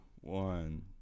one